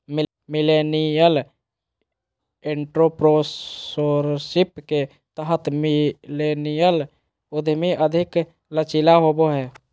millennial entrepreneurship के तहत millennial उधमी अधिक लचीला होबो हय